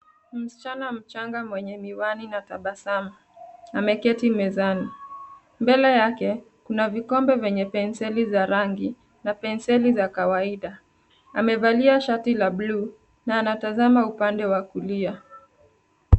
Msichana mchanga mwenye miwani na tabasamu ameketi mezani. Mbele yake, kuna vikombe vyenye penseli za rangi na penseli za kawaida. Amevalia shati la buluu na anatazama upande wa kulia.